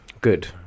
Good